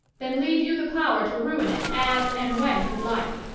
than leave you the power to ruin it as and when you like.